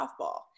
softball